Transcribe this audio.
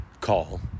call